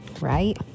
right